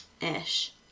ish